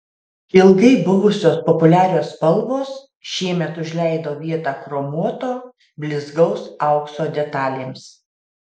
ilgai buvusios populiarios spalvos šiemet užleido vietą chromuoto blizgaus aukso detalėms